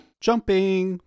Jumping